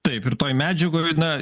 taip ir toj medžiagoj na